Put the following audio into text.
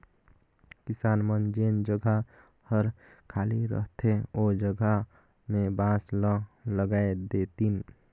किसान मन जेन जघा हर खाली रहथे ओ जघा में बांस ल लगाय देतिन